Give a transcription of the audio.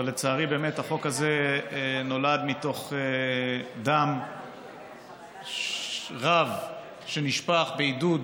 אבל לצערי החוק הזה נולד מתוך דם רב, שנשפך בעידוד